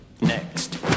Next